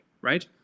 right